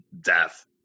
death